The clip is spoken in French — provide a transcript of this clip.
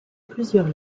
plusieurs